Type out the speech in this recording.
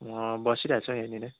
म बसिरहे छु यहाँनिर